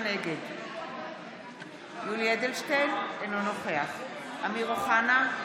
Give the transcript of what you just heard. נגד יולי יואל אדלשטיין, אינו נוכח אמיר אוחנה,